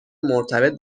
مرتبط